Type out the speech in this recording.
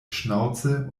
schnauze